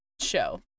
show